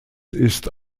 ist